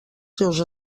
seus